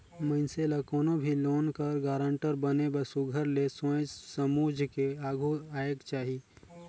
मइनसे ल कोनो भी लोन कर गारंटर बने बर सुग्घर ले सोंएच समुझ के आघु आएक चाही